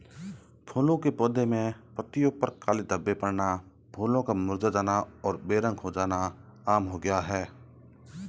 फूलों के पौधे में पत्तियों पर काले धब्बे पड़ना, फूलों का मुरझा जाना और बेरंग हो जाना आम हो गया है